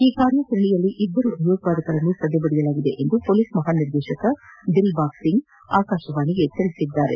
ಈ ಕಾರ್ಯಾಚರಣೆಯಲ್ಲಿ ಇಬ್ಬರು ಭಯೋತ್ಪಾದಕರನ್ನು ಸದೆಬಡಿಯಲಾಗಿದೆ ಎಂದು ಪೊಲೀಸ್ ಮಹಾನಿರ್ದೇಶಕ ದಿಲ್ಬಾಗ್ ಸಿಂಗ್ ಆಕಾಶವಾಣಿಗೆ ತಿಳಿಸಿದ್ದಾರೆ